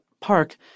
park